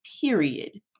period